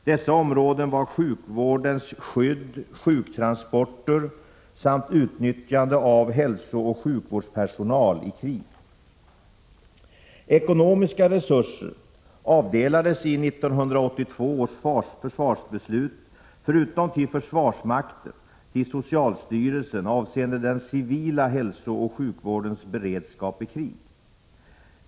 Dessa områden var sjukvårdens skydd, sjuktransporter samt utnyttjande av hälsooch sjukvårdspersonal i krig. Ekonomiska resurser avdelades i 1982 års försvarsbeslut förutom till försvarsmakten till socialstyrelsen avseende den civila hälsooch sjukvårdens beredskap i krig.